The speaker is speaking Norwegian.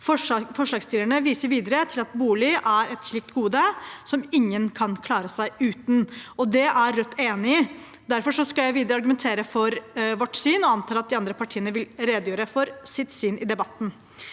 Forslagsstillerne viser videre til at bolig er et slikt gode ingen kan klare seg uten. Det er Rødt enig i. Derfor skal jeg videre argumentere for vårt syn, og jeg antar at de andre partiene vil redegjøre for sitt syn i debatten.